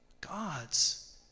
God's